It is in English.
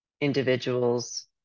individuals